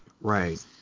Right